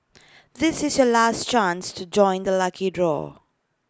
this is your last chance to join the lucky draw